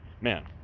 man